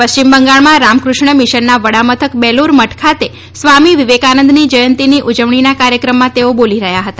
પશ્ચિમ બંગાળમાં રામકૃષ્ણ મિશનના વડામથક બેલૂર મઠ ખાતે સ્વામી વિવેકાનંદની જ્યંતિની ઉજવણીના કાર્યક્રમમાં તેઓ બોલી રહ્યા હતા